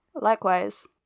Likewise